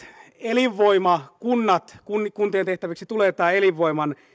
elinvoimakunnat kun kuntien tehtäväksi tulee tämä elinvoiman